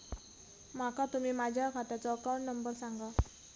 माका तुम्ही माझ्या खात्याचो अकाउंट नंबर सांगा?